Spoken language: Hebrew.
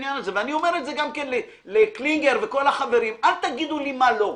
ואני אומר את זה גם כן לקלינגר וכל החברים אל תגידו לי מה לא.